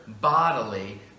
bodily